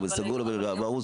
לא בסגור ולא בארוז.